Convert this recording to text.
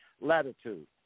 latitude